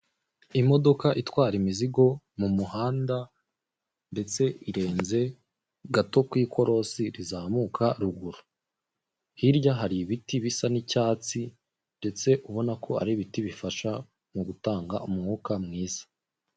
Imodoka itwara imizigo mu muhanda, ndetse irenze gato ku ikorosi rizamuka ruguru. Hirya hari ibiti bisa n'icyatsi, ndetse ubona ko ari ibiti bifasha mu gutanga umwuka mwiza.